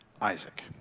Isaac